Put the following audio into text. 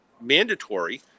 mandatory